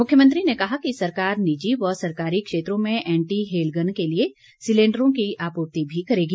मुख्यमंत्री ने कहा कि सरकार निजी व सरकारी क्षेत्रों में एंटी हेलगन के लिए सिलेंडरों की आपूर्ति भी करेगी